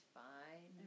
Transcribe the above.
fine